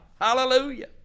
Hallelujah